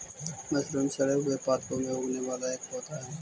mushroom सड़े हुए पादपों में उगने वाला एक पौधा हई